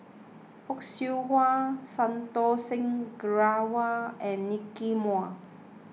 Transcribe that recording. Fock Siew Wah Santokh Singh Grewal and Nicky Moey